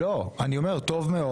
לא, אני רוצה לדבר.